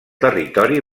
territori